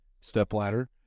stepladder